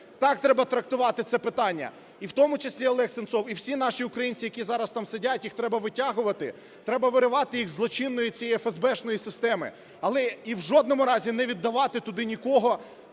так треба трактувати це питання. І в тому числі Олег Сенцов, і всі наші українці, які зараз там сидять, їх треба витягувати, треба виривати їх із злочинної цієї ефесбешної системи. Але... І в жодному разі не віддавати туди нікого